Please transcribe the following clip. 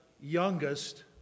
youngest